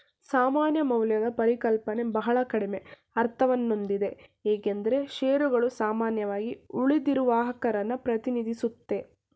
ಸಮಾನ ಮೌಲ್ಯದ ಪರಿಕಲ್ಪನೆ ಬಹಳ ಕಡಿಮೆ ಅರ್ಥವನ್ನಹೊಂದಿದೆ ಏಕೆಂದ್ರೆ ಶೇರುಗಳು ಸಾಮಾನ್ಯವಾಗಿ ಉಳಿದಿರುವಹಕನ್ನ ಪ್ರತಿನಿಧಿಸುತ್ತೆ